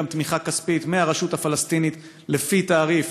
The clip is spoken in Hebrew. תמיכה כספית מהרשות הפלסטינית לפי תעריף